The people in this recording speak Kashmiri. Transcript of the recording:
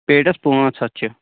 پٮ۪ٹیس پانٛژھ ہَتھ چھِ